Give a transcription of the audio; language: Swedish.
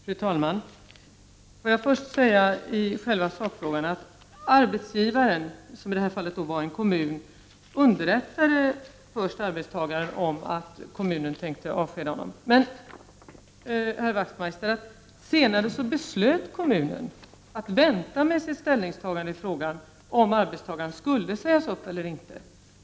Fru talman! När det gäller själva sakfrågan vill jag först säga att arbetsgivaren, som i detta fall var en kommun, först underrättade arbetstagaren om att man tänkte avskeda honom. Men, herr Wachtmeister, kommunen beslöt senare att vänta med att ta ställning till om arbetstagaren skulle sägas upp.